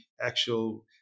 actual